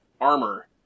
armor